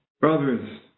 brothers